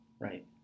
right